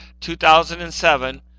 2007